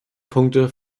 punkte